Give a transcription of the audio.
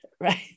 right